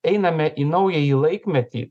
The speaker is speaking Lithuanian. einame į naująjį laikmetį